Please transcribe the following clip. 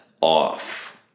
Off